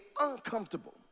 uncomfortable